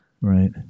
Right